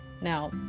Now